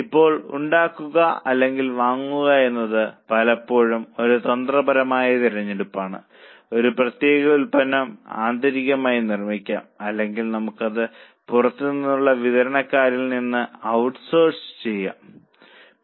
ഇപ്പോൾ ഉണ്ടാക്കുക അല്ലെങ്കിൽ വാങ്ങുക എന്നത് പലപ്പോഴും ഒരു തന്ത്രപരമായ തിരഞ്ഞെടുപ്പാണ് ഒരു പ്രത്യേക ഉൽപ്പന്നം ആന്തരികമായി നിർമ്മിക്കാം അല്ലെങ്കിൽ നമുക്ക് അത് പുറത്തുനിന്നുള്ള വിതരണക്കാരനിൽ നിന്ന് ഔട്ട്സോഴ്സ് ചെയ്യാം